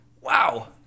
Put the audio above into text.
Wow